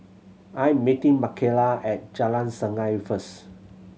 I am meeting Mckayla at Jalan Sungei first